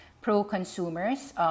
pro-consumers